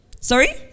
Sorry